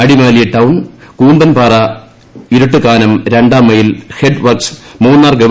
Adimali town Koombanpara Iruttukanam രണ്ടാം mile head works Munnar ഗവ